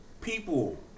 people